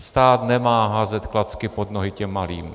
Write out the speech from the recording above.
Stát nemá házet klacky pod nohy těm malým.